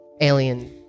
alien